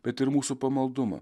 bet ir mūsų pamaldumą